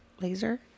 Laser